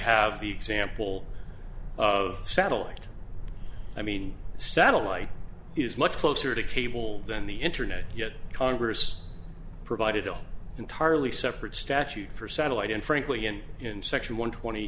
have the example of satellite i mean satellite is much closer to cable than the internet yet congress provided an entirely separate statute for satellite and frankly and in section one twenty